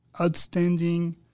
outstanding